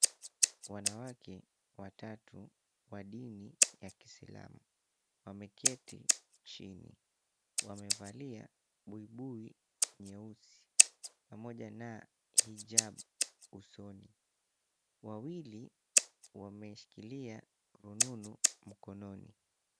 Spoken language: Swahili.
Wanawake watatu wa dini ya Kiislamu wameketi chini, wamevalia buibui nyeusi pamoja na hijabu usoni, wawili wameshikilia rununu mkononi.